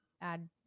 add